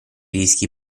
rischi